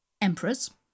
emperors